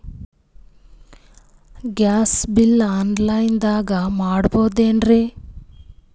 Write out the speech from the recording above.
Gas bill online ದಾಗ payment ಮಾಡಬೋದೇನ್ರಿ?